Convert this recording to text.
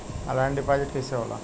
Online deposit कैसे होला?